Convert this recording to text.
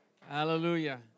Hallelujah